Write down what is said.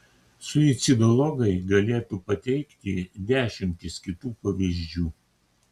suicidologai galėtų pateikti dešimtis kitų pavyzdžių